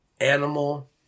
animal